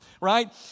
right